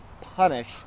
punish